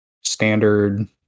Standard